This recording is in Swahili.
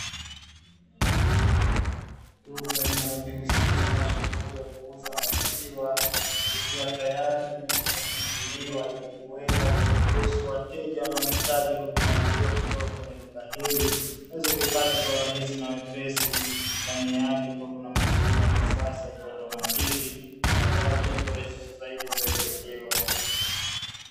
Duka linalojihusisha na shughuli ya kuuza maziwa ikiwa tayari limekwishafunguliwa, ili kuweza kuwaruhusu wateja wanaohitaji huduma hiyo kutoka kwenye duka hili; waweze kuipata kwa urahisi na wepesi, ndani yake kukiwa na mashine ya kisasa ya kiautomatiki inayotarajia kurahisisha zaidi zoezi hilo.